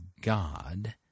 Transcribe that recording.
God